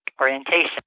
orientation